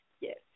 Yes